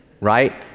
right